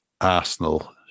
Arsenal